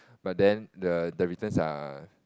but then the the returns are